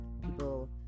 people